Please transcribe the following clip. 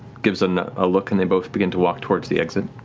gives a ah look and they both begin to walk towards the exit.